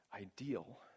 ideal